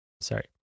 Sorry